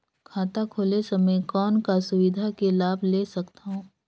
खाता खोले समय कौन का सुविधा के लाभ ले सकथव?